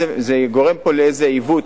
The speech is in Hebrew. זה גורם לאיזה עיוות,